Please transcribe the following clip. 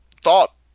thought